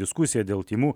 diskusija dėl tymų